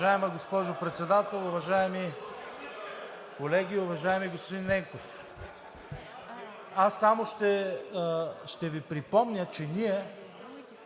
Уважаема госпожо Председател, уважаеми колеги! Уважаеми господин Ненков, аз само ще Ви припомня, че това